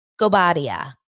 Gobadia